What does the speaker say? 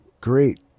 great